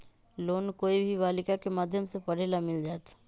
Loan कोई भी बालिका के माध्यम से पढे ला मिल जायत?